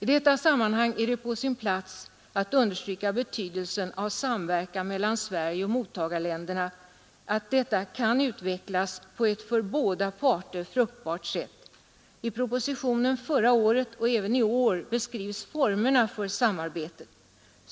I detta sammanhang är det på sin plats att understryka betydelsen av samverkan mellan Sverige och mottagarländerna, så att det samarbetet kan utvecklas på ett för båda parter fruktbart sätt. I propositionen förra året och även i år beskrivs formerna för det samarbetet.